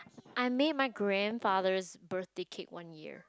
I made my grandfathers birthday cake one year